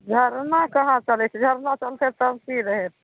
झरना कहाँ चलैत छै झरना चलतै तब की रहै